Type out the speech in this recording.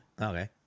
Okay